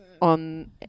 on